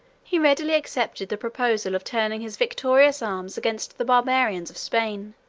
he readily accepted the proposal of turning his victorious arms against the barbarians of spain